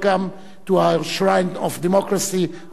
welcome to our shrine of democracy,